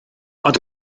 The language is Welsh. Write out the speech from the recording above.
ond